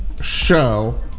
show